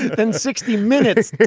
and and sixty minutes